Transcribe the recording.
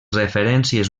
referències